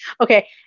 okay